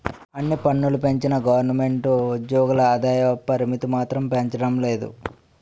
అన్ని పన్నులూ పెంచిన గవరమెంటు ఉజ్జోగుల ఆదాయ పరిమితి మాత్రం పెంచడం లేదు